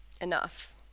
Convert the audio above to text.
Enough